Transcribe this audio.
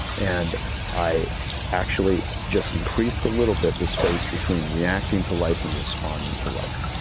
and i actually just increased a little bit the space between reacting to life and responding to life.